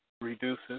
reduces